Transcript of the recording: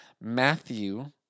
matthew